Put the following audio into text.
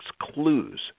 clues